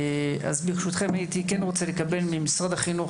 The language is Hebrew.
ברשותכם, הייתי רוצה לקבל ממשרד החינוך,